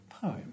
poem